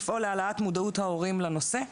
לפעול להעלאת מודעות ההורים לנושא;